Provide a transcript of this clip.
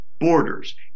borders